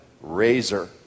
razor